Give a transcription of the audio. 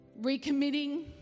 Recommitting